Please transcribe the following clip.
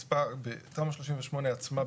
בתמ"א 38 עצמה,